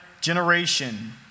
generation